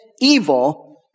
evil